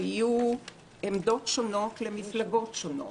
היו עמדות שונות למפלגות שונות.